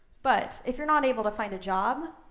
but if you're not able to find a job,